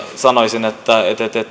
sanoisin että